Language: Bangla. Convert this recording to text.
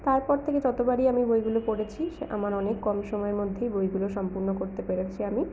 তারপর থেকে যতবারই আমি বইগুলো পড়েছি আমার অনেক কম সময়ের মধ্যেই বইগুলো সম্পূর্ণ করতে পেরেছি আমি